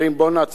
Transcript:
בואו נעצור,